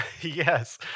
Yes